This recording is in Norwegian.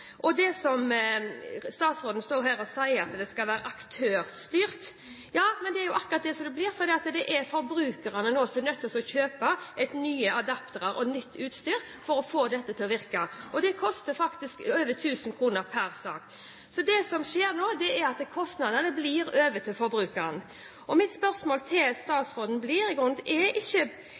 Statsråden står her og sier at det skal være aktørstyrt. Ja, men det er jo akkurat det det blir, for forbrukerne er nå nødt til å kjøpe adaptere og nytt utstyr for å få dette til å virke. Og det koster faktisk over 1 000 kr per radio. Det som nå skjer, er at kostnadene går over til forbrukeren. Mitt spørsmål til statsråden blir: Forstår ikke statsråden den bekymring som forbrukerne har der ute når regjeringen legger opp til å stenge hele FM-nettet? Tidspunkt er